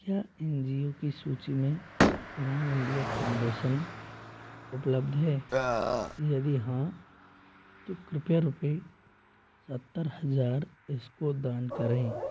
क्या N G O की सूची में उड़ान इंडिया फाउंडेशन उपलब्ध है यदि हाँ तो कृपया रुपये सत्तर हज़ार इसको दान करें